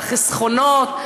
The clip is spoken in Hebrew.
מהחסכונות,